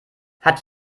hat